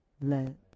Let